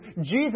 Jesus